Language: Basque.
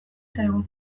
zaigu